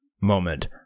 moment